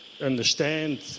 understand